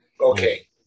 Okay